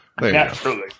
naturally